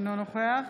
אינו נוכח